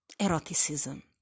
eroticism